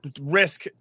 risk